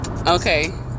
Okay